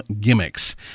gimmicks